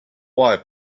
wife